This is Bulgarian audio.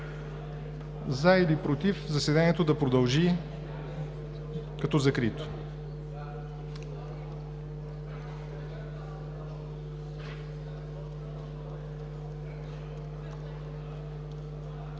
„за“ или „против“, заседанието да продължи като закрито.